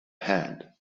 hand